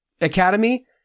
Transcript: Academy